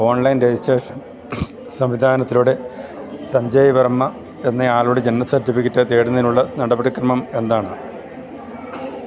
online registration സംവിധാനത്തിലൂടെ സഞ്ജയ് വർമ്മ എന്നയാളുടെ ജനന സർട്ടിഫിക്കറ്റ് തേടുന്നതിനുള്ള നടപടിക്രമമെന്താണ്